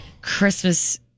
christmas